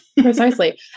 Precisely